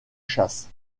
chasse